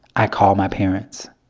i call my parents.